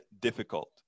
difficult